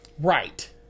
Right